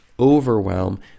overwhelm